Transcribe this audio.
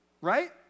right